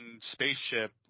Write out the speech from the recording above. spaceship